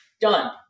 done